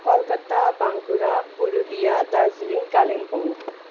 Calcutta Bankura Purulia Darjeeling Kalimpong